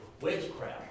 witchcraft